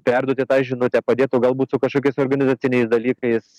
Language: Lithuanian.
perduoti tą žinutę padėtų galbūt su kažkokiais organizaciniais dalykais